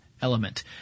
element